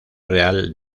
real